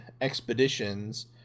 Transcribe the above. expeditions